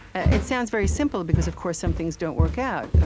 it sounds very simple because, of course, some things don't work out, ah